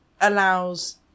allows